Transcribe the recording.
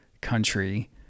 country